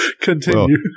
continue